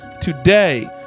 Today